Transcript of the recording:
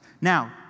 Now